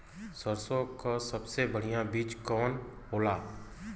सरसों क सबसे बढ़िया बिज के कवन होला?